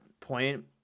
point